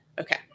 Okay